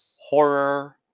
Horror